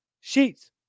Sheets